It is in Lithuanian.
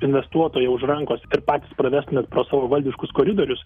investuotoją už rankos ir patys pravestumėt pro savo valdiškus koridorius